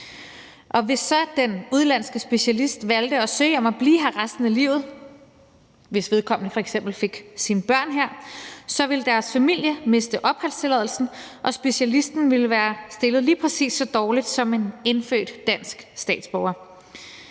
Hvis så den udenlandske specialist valgte at søge om at blive her resten af livet, hvis vedkommende f.eks. fik sine børn her, ville familien miste opholdstilladelsen, og specialisten ville være stillet lige præcis så dårligt som en indfødt dansk statsborger.